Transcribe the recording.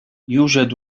يوجد